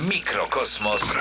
Mikrokosmos